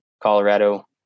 Colorado